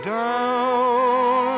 down